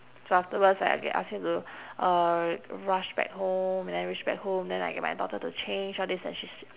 so afterwards like okay I ask him to uh rush back home and then reach back home then I get my daughter to change all this and she's